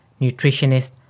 nutritionist